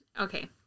Okay